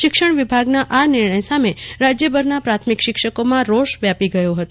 શિક્ષણ વિભાગના આ નિર્ણય સામે રાજ્યભરના પ્રાથમિક શિક્ષકોમાં ઉગ્ર રોષ વ્યાપી ગયો હતો